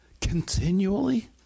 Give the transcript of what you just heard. continually